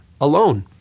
alone